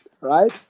Right